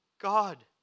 God